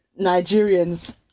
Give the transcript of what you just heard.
Nigerians